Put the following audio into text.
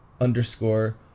underscore